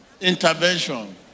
intervention